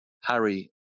Harry